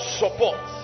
support